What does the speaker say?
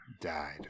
died